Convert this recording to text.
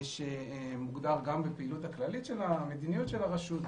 זה מוגדר גם בפעילות הכללית של המדיניות של הרשות,